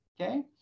Okay